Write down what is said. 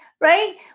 right